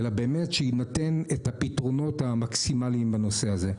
אלא באמת שיינתנו את הפתרונות המקסימליים בנושא הזה.